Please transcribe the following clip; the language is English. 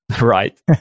Right